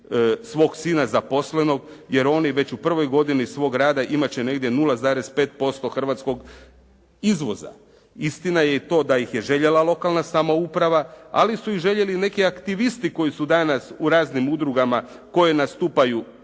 svog sina zaposlenog jer oni već u prvoj godini svog rada imat će negdje 0,5% hrvatskog izvoza. Istina je i to da ih je željela lokalna samouprava, ali su ih željeli i neki aktivisti koji su danas u raznim udrugama koje nastupaju